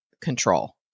control